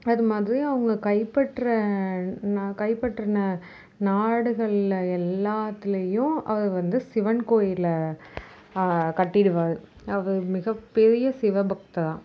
அது மாதிரி அவங்க கைப்பற்ற கைப்பற்றினா நாடுகளில் எல்லாத்துலையும் அது வந்து சிவன் கோயிலில் கட்டிடுவார் அது மிகப்பெரிய சிவ பக்தராம்